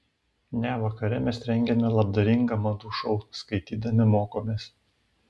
ne vakare mes rengiame labdaringą madų šou skaitydami mokomės